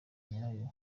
nyayo